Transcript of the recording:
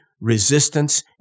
resistance